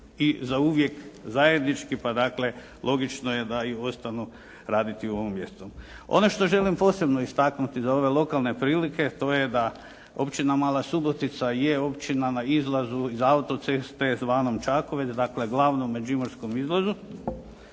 i zauvijek zajednički pa dakle logično je da i ostanu raditi u ovom mjestu. Ono što želim posebno istaknuti za ove lokalne prilike, to je da općina Mala Subotica je općina na izlazu iz autoceste zvanom Čakovec, dakle glavnom međimurskom izlazu